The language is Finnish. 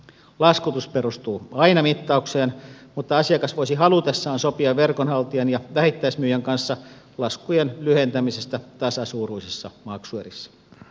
laskutus perustuu aina mittaukseen mutta asiakas voisi halutessaan sopia verkonhaltijan ja vähittäismyyjän kanssa laskujen lyhentämisestä tasasuuruisissa maksuerissä